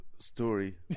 story